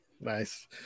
Nice